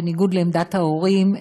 בניגוד לעמדת ההורים,